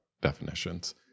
definitions